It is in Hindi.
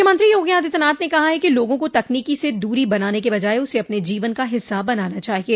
मुख्यमंत्री योगी आदित्यनाथ ने कहा है कि लोगों को तकनीकी से दूरी बनाने के बजाय उसे अपने जीवन का हिस्सा बनाना चाहिये